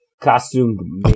costume